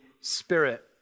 Spirit